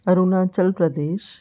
Arunachal Pradesh